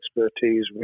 expertise